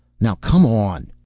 now come on.